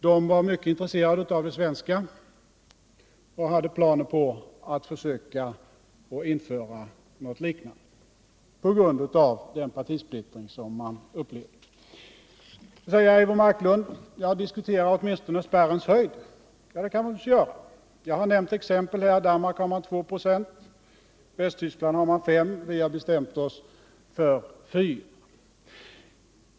De var mycket intresserade för det svenska och hade på grund av partisplittringen planer på att försöka införa något liknande. Nu säger Eivor Marklund: Diskutera åtminstone spärrens höjd. Det kan man naturligtvis göra. Jag har nämnt exempel: i Danmark ligger spärren vid 2 96, i Västtyskland vid 5 96, och vi har bestämt oss för 4 96.